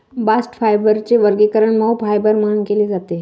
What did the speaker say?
bast फायबरचे वर्गीकरण मऊ फायबर म्हणून केले जाते